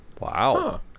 Wow